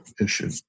issue